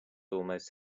almost